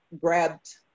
grabbed